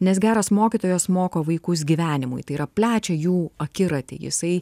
nes geras mokytojas moko vaikus gyvenimui tai yra plečia jų akiratį jisai